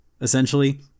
Essentially